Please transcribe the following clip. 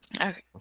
Okay